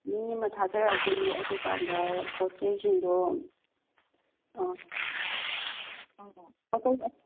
ꯃꯤ ꯑꯃ ꯊꯥꯖꯔꯛꯑꯒꯦ ꯑꯗꯨꯀꯥꯟꯗ ꯄꯣꯠ ꯆꯩꯁꯤꯡꯗꯣ